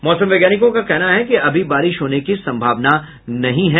मौसम वैज्ञानिकों का कहना है कि अभी बारिश होने की सम्भावना नहीं है